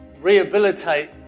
rehabilitate